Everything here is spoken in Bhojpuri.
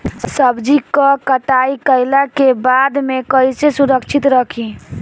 सब्जी क कटाई कईला के बाद में कईसे सुरक्षित रखीं?